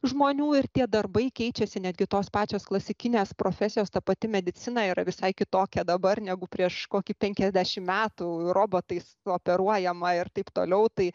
žmonių ir tie darbai keičiasi netgi tos pačios klasikinės profesijos ta pati medicina yra visai kitokia dabar negu prieš kokį penkiasdešimt metų robotais operuojama ir t t tai